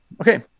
Okay